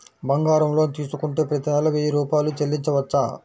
బంగారం లోన్ తీసుకుంటే ప్రతి నెల వెయ్యి రూపాయలు చెల్లించవచ్చా?